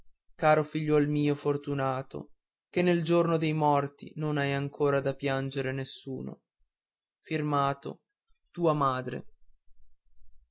caro figliuol mio fortunato che nel giorno dei morti non hai ancora da piangere nessuno